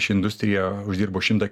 ši industrija uždirbo šimtą